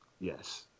Yes